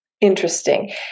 interesting